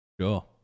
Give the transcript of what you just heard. Sure